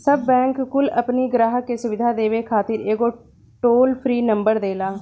सब बैंक कुल अपनी ग्राहक के सुविधा देवे खातिर एगो टोल फ्री नंबर देला